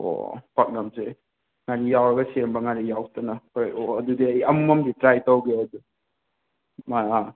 ꯑꯣ ꯄꯥꯛꯅꯝꯁꯦ ꯉꯥꯔꯤ ꯌꯥꯎꯔꯒ ꯁꯦꯝꯕ ꯉꯥꯔꯤ ꯌꯥꯎꯗꯅ ꯍꯣꯏ ꯑꯣ ꯑꯗꯨꯗꯤ ꯑꯩ ꯑꯃꯃꯝꯗꯤ ꯇ꯭ꯔꯥꯏ ꯇꯧꯒꯦ ꯑꯩꯁꯨ ꯑꯥ ꯑꯥ